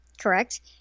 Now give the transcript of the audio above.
Correct